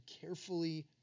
carefully